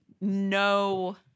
no